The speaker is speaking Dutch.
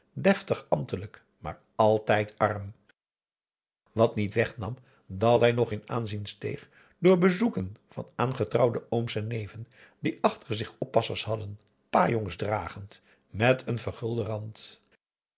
deftig ambtelijk maar altijd arm wat niet wegnam dat hij nog in aanzien steeg door bezoeken van aangetrouwde ooms en neven die achter zich oppassers hadden pajongs dragend met een vergulden rand